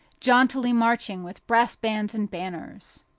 jauntily marching with brass bands and banners!